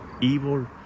evil